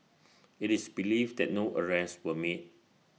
IT is believed that no arrests were made